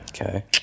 Okay